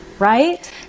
Right